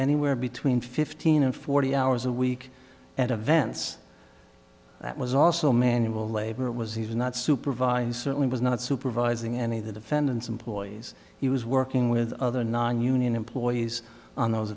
anywhere between fifteen and forty hours a week and events that was also manual labor it was he was not supervised certainly was not supervising any of the defendants employees he was working with other nonunion employees on those